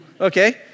okay